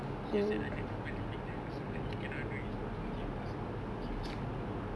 he has like other people living there also like he cannot do his work out here because people will keep disturbing him